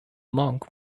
monk